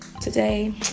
Today